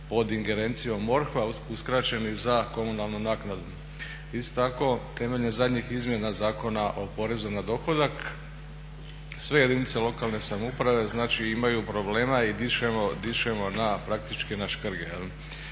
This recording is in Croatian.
pod ingerencijom MORH-a uskraćeni za komunalnu naknadu. Isto tako, temeljem zadnjih izmjena Zakona o porezu na dohodak sve jedinice lokalne samouprave, znači imaju problema i dišemo na, praktički na škrge.